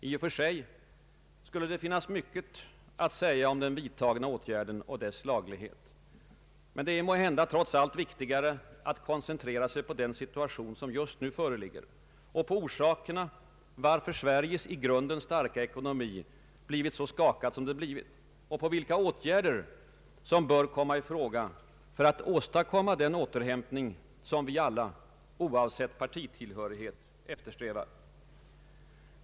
I och för sig skulle det finnas mycket att säga om den vidtagna åtgärden och dess laglighet. Men det är måhända trots allt viktigare att koncentrera sig på den situation, som just nu föreligger, och på orsakerna till att Sveriges i grunden starka ekonomi blivit så skakad som den blivit samt på vilka åtgärder som bör komma i fråga för att åstadkomma den återhämtning som vi alla, oavsett partitillhörighet, eftersträvar.